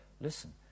Listen